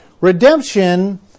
Redemption